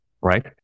Right